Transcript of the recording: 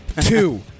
two